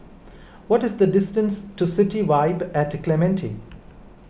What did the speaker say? what is the distance to City Vibe at Clementi